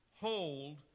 hold